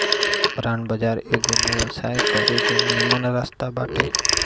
bond बाजार एगो व्यवसाय करे के निमन रास्ता बाटे